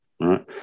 right